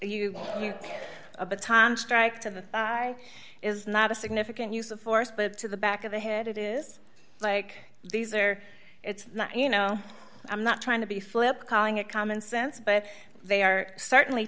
you a baton strike to the is not a significant use of force but to the back of the head it is like these or it's you know i'm not trying to be flip calling it common sense but they are certainly